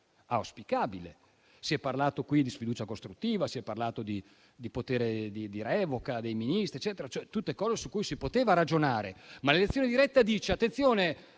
secondo me. Si è parlato qui di sfiducia costruttiva, si è parlato di potere di revoca dei Ministri eccetera, tutte cose su cui si poteva ragionare, ma l'elezione diretta dice: attenzione,